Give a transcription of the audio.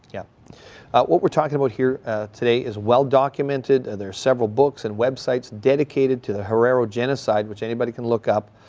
yeah what we're talking about here today is well documented and there are several books and web sites dedicated to the herero genocide which anybody can look up.